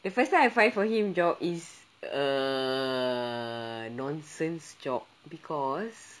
the first time I find for him job is a nonsense job because